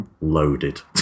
loaded